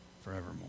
forevermore